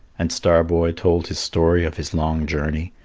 and star-boy told his story of his long journey,